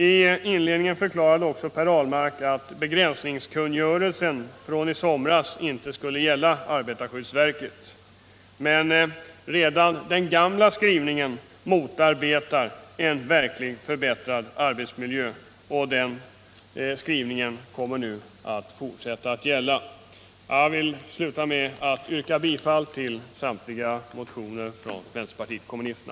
I inledningen förklarade också Per Ahlmark att begränsningskungörelsen från i somras inte skulle gälla arbetarskyddsverket. Men redan den gamla skrivningen motarbetar en verkligt förbättrad arbetsmiljö, och den skrivningen kommer nu att fortsätta att gälla. Jag yrkar bifall till samtliga motioner från vänsterpartiet kommunisterna.